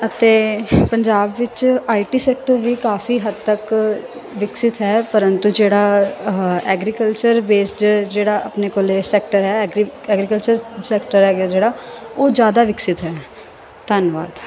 ਅਤੇ ਪੰਜਾਬ ਵਿੱਚ I T sector ਵੀ ਕਾਫੀ ਹੱਦ ਤੱਕ ਵਿਕਸਤ ਹੈ ਪਰੰਤੂ ਜਿਹੜਾ ਆਹਾ ਐਗਰੀਕਲਚਰ ਬੇਸਡ ਜਿਹੜਾ ਆਪਣੇ ਕੋਲ ਸੈਕਟਰ ਹੈ ਐਗਰੀਕਲਚਰ ਸੈਕਟਰ ਹੈਗੇ ਜਿਹੜਾ ਉਹ ਜ਼ਿਆਦਾ ਵਿਕਸਤ ਹੈ ਧੰਨਵਾਦ